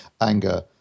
anger